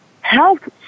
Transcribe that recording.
health